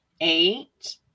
eight